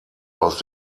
aus